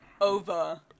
over